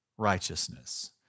righteousness